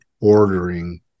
ordering